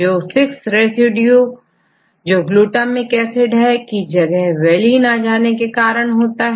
जो six residue जो glutamic acid है की जगह वैलीन आने के कारण होता है